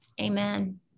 Amen